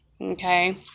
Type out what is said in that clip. okay